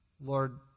Lord